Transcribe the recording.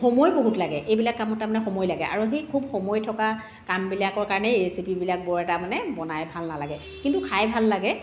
সময় বহুত লাগে এইবিলাক কামত তাৰমানে সময় লাগে আৰু সেই খুব সময় থকা কামবিলাক'ৰ কাৰণেই এই ৰেচিপিবিলাক মানে বৰ এটা বনাই ভাল নালাগে কিন্তু খাই ভাল লাগে